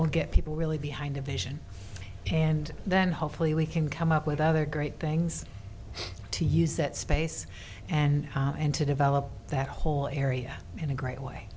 will get people really behind a vision and then hopefully we can come up with other great things to use that space and and to develop that whole area in a great way